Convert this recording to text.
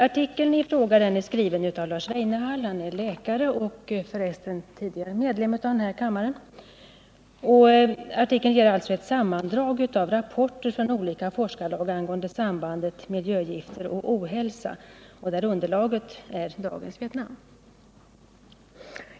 Artikeln i fråga är skriven av Lars Weinehall. Han är läkare och har tidigare varit medlem av denna kammare. Artikeln ger ett sammandrag av rapporter från olika forskarlag angående sambandet mellan miljögifter och ohälsa. Underlaget är dagens Vietnam.